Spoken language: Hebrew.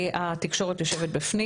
התקשורת יושבת בפנים.